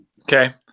Okay